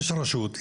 יש רשות,